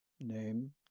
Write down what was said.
name